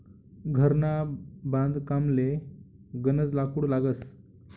घरना बांधकामले गनज लाकूड लागस